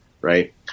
Right